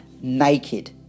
naked